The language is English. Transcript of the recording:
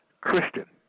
Christian